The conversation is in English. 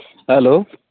hello